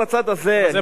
אני מדבר על,